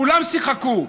כולם שיחקו.